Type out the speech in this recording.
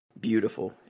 beautiful